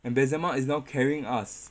and benzema is now carrying us